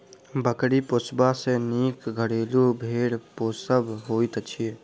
बकरी पोसबा सॅ नीक घरेलू भेंड़ पोसब होइत छै